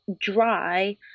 dry